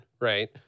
right